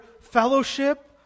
fellowship